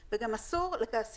אסור שהוא ייבלע בתוך מסמכים,